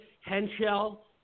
Henschel